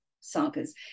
sagas